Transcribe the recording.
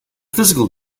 physical